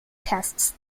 tests